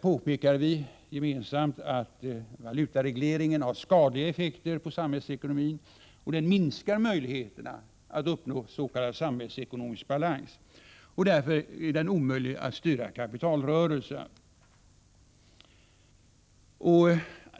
påpekar vi att denna har skadliga effekter på samhällsekonomin och att den minskar möjligheterna att uppnå s.k. samhällsekonomisk balans. Den är därför olämplig för att styra kapitalrörelserna.